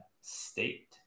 State